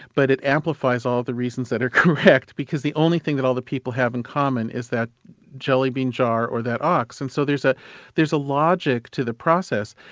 but it amplifies all the reasons that are correct, because the only thing that all the people have in common is that jelly bean jar or that ox, and so there's ah there's a logic to the process.